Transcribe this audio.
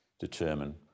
determine